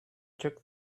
took